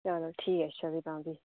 चलो ठीक ऐ अच्छा तां फ्ही